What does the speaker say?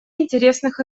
интересных